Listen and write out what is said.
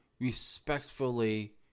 respectfully